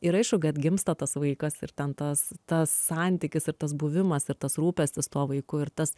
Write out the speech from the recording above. ir aišku kad gimsta tas vaikas ir ten tas tas santykis ir tas buvimas ir tas rūpestis tuo vaiku ir tas